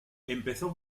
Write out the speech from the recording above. empezó